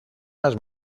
las